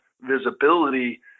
visibility